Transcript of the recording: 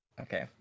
Okay